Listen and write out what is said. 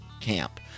camp